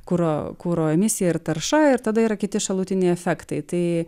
kuro kuro emisija ir tarša ir tada yra kiti šalutiniai efektai tai